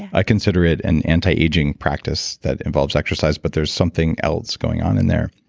i consider it an anti-aging practice that involves exercise, but there's something else going on in there.